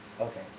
Okay